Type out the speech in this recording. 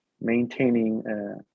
maintaining